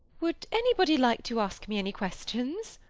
would anybody like to ask me any questions?